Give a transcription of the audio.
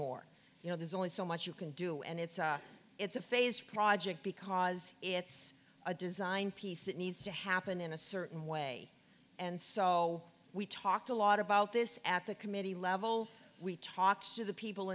more you know there's only so much you can do and it's it's a phased project because it's a design piece that needs to happen in a certain way and so we talked a lot about this at the committee level we talked to the people